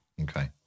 Okay